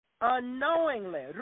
unknowingly